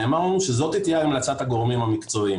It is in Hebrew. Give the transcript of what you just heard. נאמר לנו שזאת תהיה המלצת הגורמים המקצועיים.